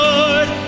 Lord